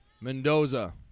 Mendoza